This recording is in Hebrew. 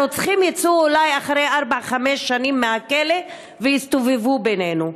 הרוצחים יצאו אולי אחרי ארבע-חמש שנים מהכלא ויסתובבו בינינו.